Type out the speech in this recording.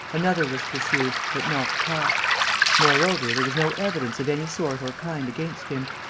another was pursued, but not caught moreover, there was no evidence of any sort or kind against him.